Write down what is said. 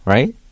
Right